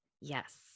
Yes